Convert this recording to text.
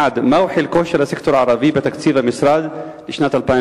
1. מהו חלקו של הסקטור הערבי בתקציב המשרד לשנת 2010?